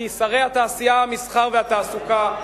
כי שרי התעשייה, המסחר והתעסוקה,